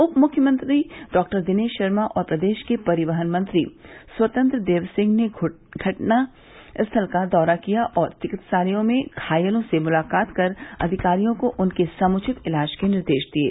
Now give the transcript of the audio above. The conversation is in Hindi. उप मुख्यमंत्री डॉक्टर दिनेश शर्मा और प्रदेश के परिवहन मंत्री स्वतंत्र देव सिंह ने द्र्घटनास्थल का दौरा किया और चिकित्सालयों में घायलों से मुलाकात कर अधिकारियों को उनके समुचित इलाज के निर्देश दिये